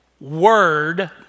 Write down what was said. word